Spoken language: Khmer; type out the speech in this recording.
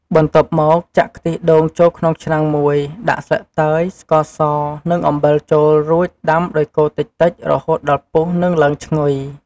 បន្ទាប់មកចាក់ខ្ទិះដូងចូលក្នុងឆ្នាំងមួយ ដាក់ស្លឹកតើយ ស្ករស និងអំបិលចូលរួច ដាំដោយកូរតិចៗរហូតដល់ពុះនិងឡើងឈ្ងុយ។